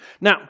Now